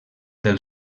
del